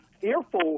fearful